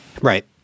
right